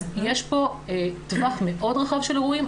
אז יש פה טווח מאוד רחב של אירועים,